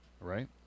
Right